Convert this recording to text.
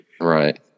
Right